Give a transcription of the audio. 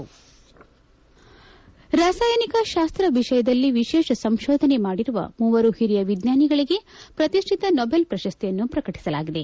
ಜೋಶಿ ರಾಸಾಯನಿಕ ಶಾಸ್ತ ವಿಷಯದಲ್ಲಿ ವಿಶೇಷ ಸಂಶೋಧನೆ ಮಾಡಿರುವ ಮೂವರು ಹಿರಿಯ ವಿಜ್ವಾನಿಗಳಿಗೆ ಪ್ರತಿಷ್ಠಿತ ನೊಬೆಲ್ ಪ್ರಶಸ್ತಿಯನ್ನು ಪ್ರಕಟಿಸಲಾಗಿದೆ